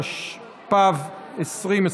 התשפ"ב 2021,